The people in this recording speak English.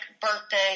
birthday